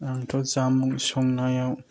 आंथ' जामुं संनायाव